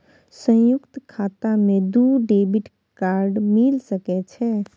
संयुक्त खाता मे दू डेबिट कार्ड मिल सके छै?